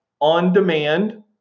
on-demand